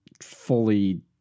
fully